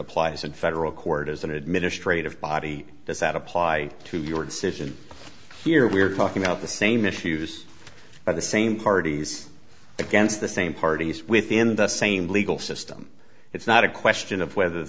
applies in federal court as an administrative body does that apply to your decision here we're talking about the same issues by the same parties against the same parties within the same legal system it's not a question of whether